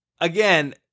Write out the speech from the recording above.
again